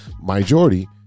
Majority